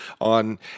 on